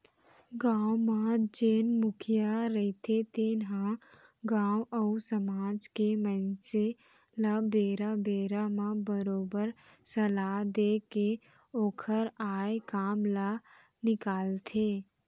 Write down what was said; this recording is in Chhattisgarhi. गाँव म जेन मुखिया रहिथे तेन ह गाँव अउ समाज के मनसे ल बेरा बेरा म बरोबर सलाह देय के ओखर आय काम ल निकालथे